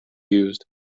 used